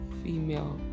female